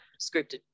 Scripted